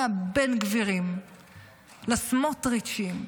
מהבן-גבירים לסמוטריצ'ים,